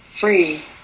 free